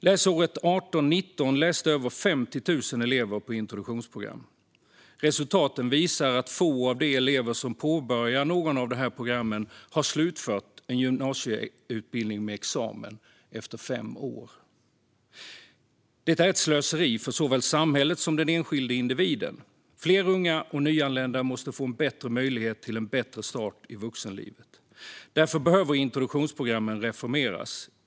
Läsåret 2018/19 läste över 50 000 elever på ett introduktionsprogram. Resultaten visar att få av de elever som påbörjar något av dessa program har slutfört en gymnasieutbildning med examen efter fem år. Detta är ett slöseri för såväl samhället som den enskilda individen. Fler unga och nyanlända måste få en bättre möjlighet till en bättre start i vuxenlivet. Därför behöver introduktionsprogrammen reformeras.